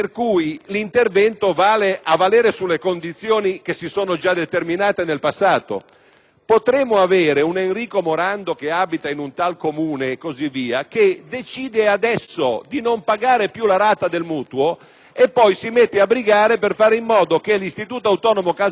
Potremmo avere un Enrico Morando che abita in un tale Comune e che decide adesso di non pagare più la rata del mutuo e poi si mette a brigare per fare in modo che l'Istituto autonomo case popolari paghi per suo conto la rata del mutuo, salvo, tra dieci anni, ricomprarsi la casa da capo.